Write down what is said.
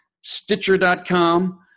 Stitcher.com